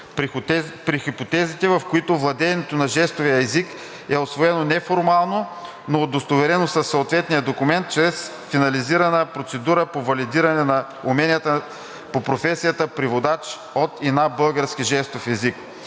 при хипотезите, в които владеенето на жестовия език е усвоено неформално, но удостоверено със съответния документ след финализирана процедура по валидиране на уменията по професията „Преводач от и на български жестов език“,